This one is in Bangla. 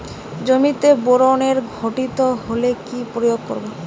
জমিতে বোরনের ঘাটতি হলে কি প্রয়োগ করব?